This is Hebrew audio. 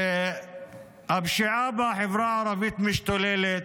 הפשיעה בחברה הערבית משתוללת.